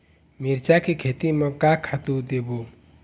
मिरचा के खेती म का खातू देबो?